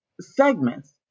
segments